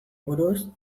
buruz